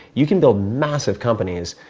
you can build massive companies,